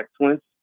excellence